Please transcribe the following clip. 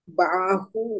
bahu